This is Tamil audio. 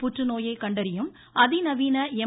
புற்றுநோயை கண்டறியும் அதிநவீன எம்